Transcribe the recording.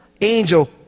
angel